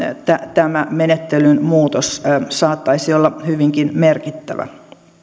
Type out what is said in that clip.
tämä menettelyn muutos saattaisi olla hyvinkin merkittävä